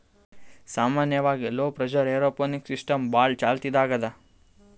ಸಾಮಾನ್ಯವಾಗ್ low pressure aeroponics system ಭಾಳ್ ಚಾಲ್ತಿದಾಗ್ ಅದಾ